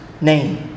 name